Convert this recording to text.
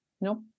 nope